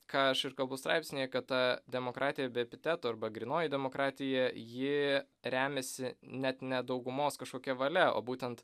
ką aš ir kalbu straipsnyje kad ta demokratija be epitetų arba grynoji demokratija ji remiasi net ne daugumos kažkokia valia o būtent